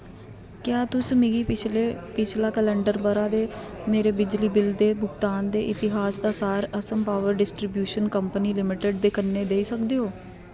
क्या तुस मिगी पिछले पिछला कैलेंडर ब'रा दे मेरे बिजली बिल दे भुगतान दे इतिहास दा सार Assam power distribution company limited दे कन्नै देई सकदे ओ